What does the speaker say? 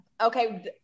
okay